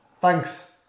Thanks